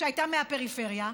שהייתה מהפריפריה,